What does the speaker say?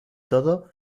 todo